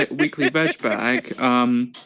ah weekly veg bag um